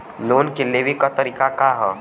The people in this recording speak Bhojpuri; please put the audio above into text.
लोन के लेवे क तरीका का ह?